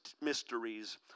mysteries